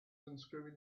unscrewing